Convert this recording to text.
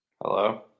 Hello